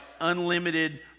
unlimited